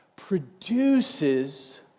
Produces